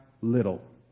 little